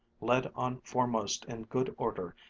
led on foremost in good order,